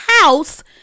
house